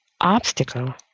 obstacle